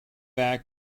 act